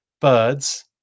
birds